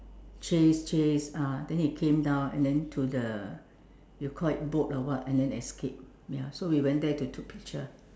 chase chase uh then he came down and then to the you call it boat or what and then escape ya so we went there to took picture